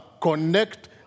connect